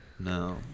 No